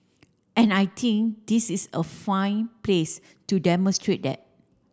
and I think this is a fine place to demonstrate that